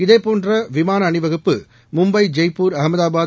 இதேபோன்றவிமானஅனிவகுப்பு Mumbai Jaipur Ahmedabad